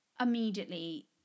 immediately